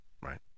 right